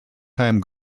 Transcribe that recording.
time